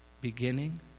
beginning